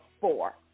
four